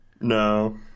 No